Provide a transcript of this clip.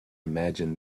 imagine